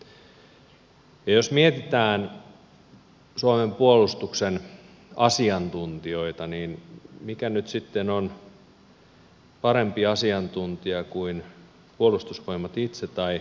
ja jos mietitään suomen puolustuksen asiantuntijoita niin mikä nyt sitten on parempi asiantuntija kuin puolustusvoimat itse tai puolustusministeriö